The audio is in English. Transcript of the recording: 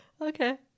Okay